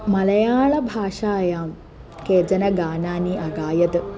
मलयालभाषायां केचन गानानि अगायत्